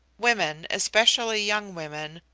women, especially young women,